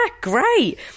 great